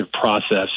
process